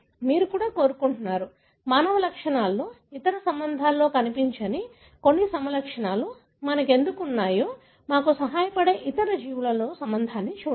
మీరు కూడా కోరుకుంటున్నారు మానవ లక్షణాలతో ఇతర సంబంధంలో కనిపించని కొన్ని సమలక్షణాలు మనకు ఎందుకు ఉన్నాయో మాకు సహాయపడే ఇతర జీవులతో సంబంధాన్ని చూడండి